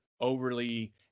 overly